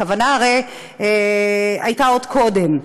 הכוונה הרי הייתה עוד קודם.